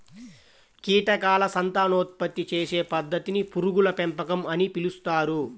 కీటకాల సంతానోత్పత్తి చేసే పద్ధతిని పురుగుల పెంపకం అని పిలుస్తారు